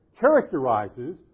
characterizes